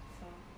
so